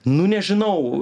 nu nežinau